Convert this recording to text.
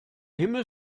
himmel